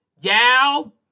y'all